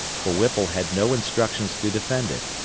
for whipple had no instructions to defend it.